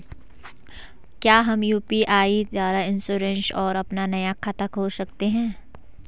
क्या हम यु.पी.आई द्वारा इन्श्योरेंस और अपना नया खाता खोल सकते हैं?